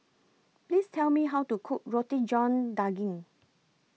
Please Tell Me How to Cook Roti John Daging